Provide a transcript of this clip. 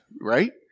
right